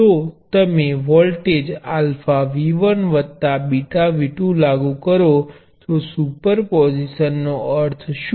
જો તમે voltage αV1 βV2 લાગુ કરો તો સુપર પોઝિશનનો અર્થ શું છે